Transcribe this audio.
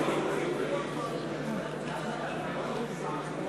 בממשלה לא נתקבלה.